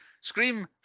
Scream